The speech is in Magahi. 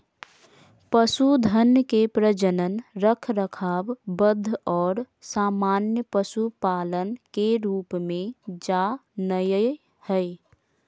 पशुधन के प्रजनन, रखरखाव, वध और सामान्य पशुपालन के रूप में जा नयय हइ